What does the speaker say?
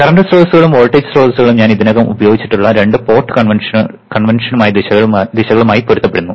current സ്രോതസ്സുകളും voltage സ്രോതസ്സുകളും ഞാൻ ഇതിനകം ഉപയോഗിച്ചിട്ടുള്ള രണ്ട് പോർട്ട് കൺവെൻഷനുമായി ദിശകൾ പൊരുത്തപ്പെടുന്നു